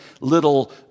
little